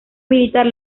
militar